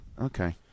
Okay